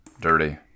dirty